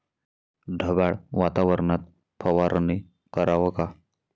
ढगाळ वातावरनात फवारनी कराव का?